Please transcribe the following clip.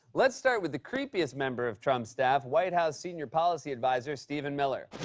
let's start with the creepiest member of trump's staff, white house senior policy advisor stephen miller.